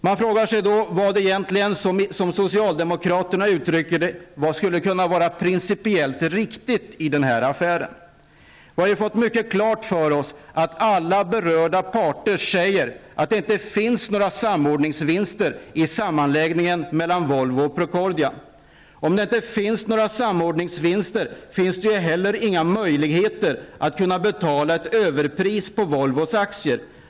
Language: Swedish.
Man frågar sig då -- som socialdemokraterna uttrycker det -- vad som skulle kunna vara det principiellt riktiga i denna affär. Vi har fått mycket klart för oss att alla berörda parter säger att det inte finns några samordningsvinster i sammanläggningen mellan Volvo och Procordia. Om det inte finns några samordningsvinster finns heller inga möjligheter att betala ett överpris på Volvos aktier.